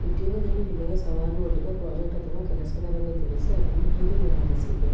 ಉದ್ಯೋಗದಲ್ಲಿ ನಿಮಗೆ ಸವಾಲು ಒಡ್ಡಿದ ಪ್ರಾಜೆಕ್ಟ್ ಅಥವಾ ಕೆಲಸದ ಬಗ್ಗೆ ತಿಳಿಸಿ ಅದನ್ನು ಹೇಗೆ ನಿವಾರಿಸಿದಿರಿ